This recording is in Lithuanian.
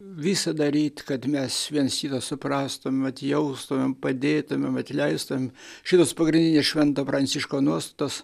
visa daryt kad mes viens kitą suprastume atjaustumėm padėtumėm atleistam šitos pagrindinės švento pranciško nuostatos